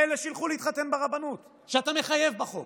מאלה שילכו להתחתן ברבנות, שאתה מחייב בחוק.